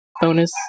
bonus